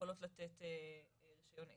יכולות לתת רישיון עסק.